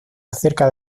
acerca